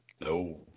No